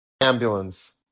ambulance